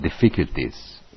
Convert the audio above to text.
difficulties